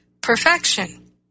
perfection